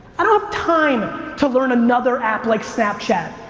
i don't have time to learn another app like snapchat,